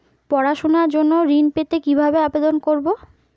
পড়াশুনা জন্য ঋণ পেতে কিভাবে আবেদন করব?